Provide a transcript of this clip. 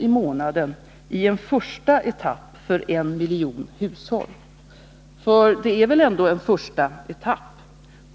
i månaden i en första etapp för en miljon hushåll. För det är väl ändå en första etapp?